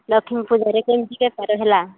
ଲକ୍ଷ୍ମୀ ପୂଜାରେ କେମିତି ବେପାର ହେଲା